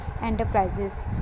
Enterprises